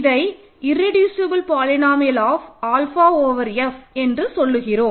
இதை irreducible polynomial of alpha over F என்று சொல்லுகிறோம்